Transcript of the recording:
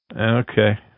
Okay